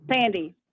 Sandy